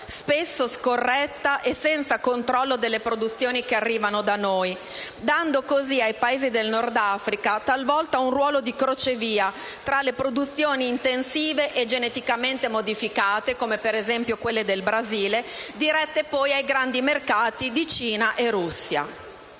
spesso scorretta e senza il controllo delle produzioni che arrivano da noi, dando talvolta ai Paesi del Nord Africa un ruolo di crocevia per le produzioni intensive e geneticamente modificate - come ad esempio quelle del Brasile - dirette ai grandi mercati di Cina e Russia.